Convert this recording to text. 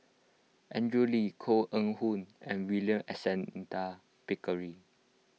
Andrew Lee Koh Eng Hoon and William Alexander Pickering